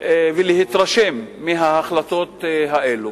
ולהתרשם מההחלטות האלה.